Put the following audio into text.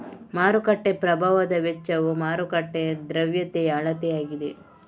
ಮಾರುಕಟ್ಟೆ ಪ್ರಭಾವದ ವೆಚ್ಚವು ಮಾರುಕಟ್ಟೆಯ ದ್ರವ್ಯತೆಯ ಅಳತೆಯಾಗಿದೆ